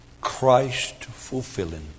Christ-fulfilling